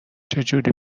چجوری